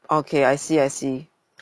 okay I see I see